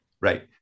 Right